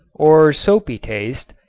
or soapy taste,